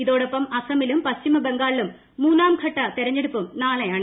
ഇതോടൊപ്പം അസമിലും പശ്ചിമ ബംഗാളിലും മൂന്നാം ഘട്ട തെരഞ്ഞെടുപ്പും നാളെയാണ്